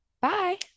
Bye